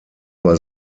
bei